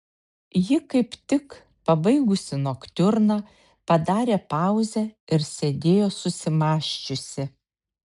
ji kaip tik pabaigusi noktiurną padarė pauzę ir sėdėjo susimąsčiusi